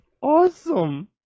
awesome